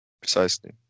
Precisely